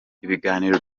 ibiganiro